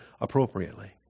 appropriately